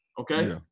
okay